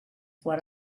what